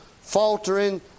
faltering